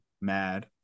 Mad